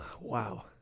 Wow